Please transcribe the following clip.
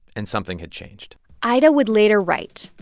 and something had changed ida would later write,